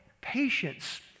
patience